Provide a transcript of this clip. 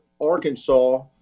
Arkansas